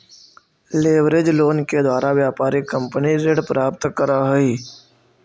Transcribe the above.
leverage loan के द्वारा व्यापारिक कंपनी ऋण प्राप्त करऽ हई